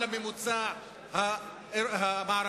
מעל הממוצע המערבי.